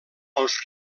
als